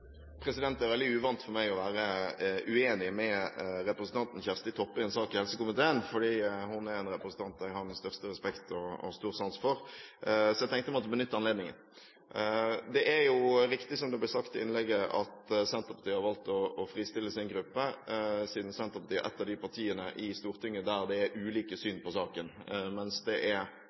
Kjersti Toppe i en sak i helsekomiteen, for hun er en representant jeg har den største respekt og stor sans for, så jeg tenkte jeg måtte benytte anledningen. Det er riktig, som det ble sagt i innlegget, at Senterpartiet har valgt å fristille sin gruppe siden Senterpartiet er ett av de partiene i Stortinget der det er ulike syn på saken, mens det